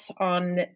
on